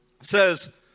says